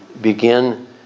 begin